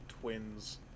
twins